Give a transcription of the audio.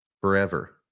Forever